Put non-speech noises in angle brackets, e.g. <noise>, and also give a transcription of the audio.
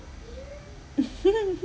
<laughs>